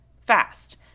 fast